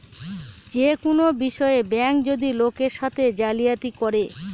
যে কোনো বিষয়ে ব্যাঙ্ক যদি লোকের সাথে জালিয়াতি করে